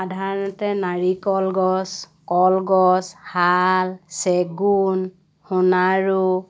সাধাৰণতে নাৰিকল গছ কলগছ শাল চেগুণ সোণাৰু